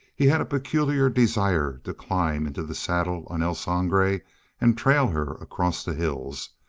he had a peculiar desire to climb into the saddle on el sangre and trail her across the hills.